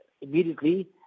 immediately